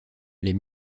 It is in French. les